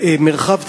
מרחב ציבורי,